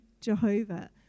Jehovah